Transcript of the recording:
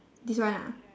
this one ah